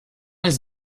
his